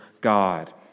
God